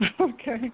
Okay